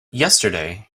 yesterday